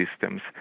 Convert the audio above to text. systems